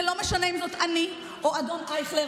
וזה לא משנה אם זאת אני או אדון אייכלר